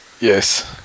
Yes